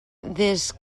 des